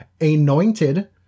anointed